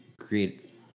create